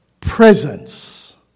Presence